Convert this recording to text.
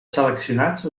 seleccionats